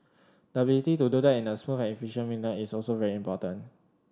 the ability to do that in a smooth and efficient manner is also very important